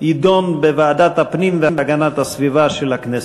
יידון בוועדת הפנים והגנת הסביבה של הכנסת.